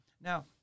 Now